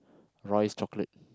Royce chocolate